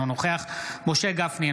אינו נוכח משה גפני,